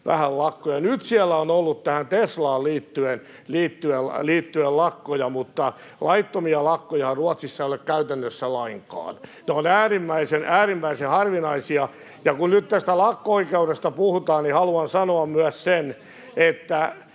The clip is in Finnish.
vähän lakkoja. Nyt siellä on ollut Teslaan liittyen lakkoja, mutta laittomia lakkoja Ruotsissa ei ole käytännössä lainkaan. Nämä ovat äärimmäisen, äärimmäisen harvinaisia. Ja kun nyt tästä lakko-oikeudesta puhutaan, niin haluan sanoa myös sen,